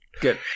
Good